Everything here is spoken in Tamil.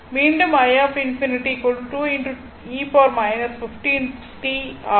மீண்டும் என்று ஆகும்